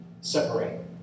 separate